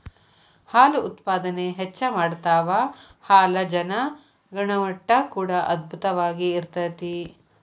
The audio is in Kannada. ಹಾಲು ಉತ್ಪಾದನೆ ಹೆಚ್ಚ ಮಾಡತಾವ ಹಾಲಜನ ಗುಣಮಟ್ಟಾ ಕೂಡಾ ಅಧ್ಬುತವಾಗಿ ಇರತತಿ